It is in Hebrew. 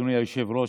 אדוני היושב-ראש,